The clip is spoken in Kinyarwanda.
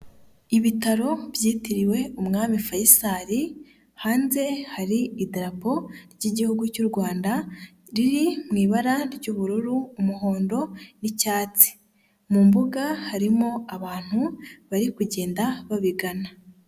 Ibitaro byitiriwe umwami Faisal, hanze hari idarapo ry'igihugu cy'u Rwanda riri mu ibara ry'ubururu, umuhondo n'icyatsi, mu mbuga harimo abantu bari kugenda babigana.